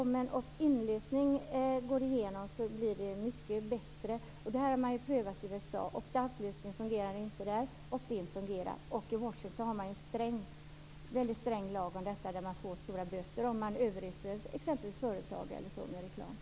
Med en opt in-lösning blir det mycket bättre. Detta har prövats i USA, där inte en opt out-lösning men däremot en opt in-lösning fungerar. I Washington har man en mycket sträng lag, där det föreskrivs stora böter för att överösa exempelvis företag med reklam.